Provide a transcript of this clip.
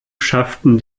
schafften